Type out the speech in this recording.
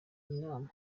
nama